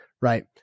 right